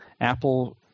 Apple